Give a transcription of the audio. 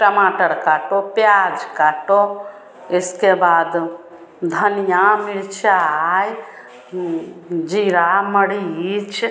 टमाटर काटो प्याज काटो इसके बाद धनिया मिरचाई जीरा मरीच